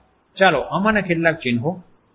ચાલો આમાંના કેટલાક ચિન્હો જોઈએ